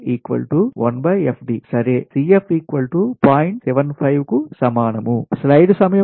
75 కు సమానం